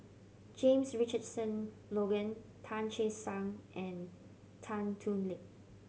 James Richardson Logan Tan Che Sang and Tan Thoon Lip